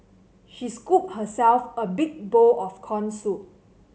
she scooped herself a big bowl of corn soup